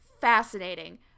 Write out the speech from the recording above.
fascinating